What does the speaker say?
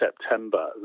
September